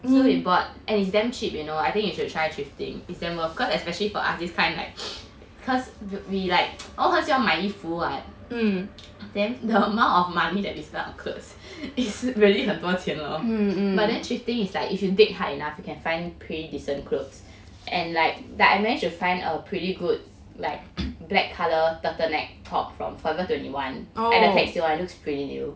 so we bought and it's damn cheap you know I think you try thrifting it's damn worth cause especially for us this kind like cause like 我们很喜欢买衣服 [what] then the amount of money that we spend on clothes is really 很多钱了 but then thrifting it's like if you dig hard enough you can find pretty decent clothes and like that I managed to find a pretty good like black colour turtleneck top from Forever Twenty One and the tag is still on looks pretty new